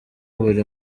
buri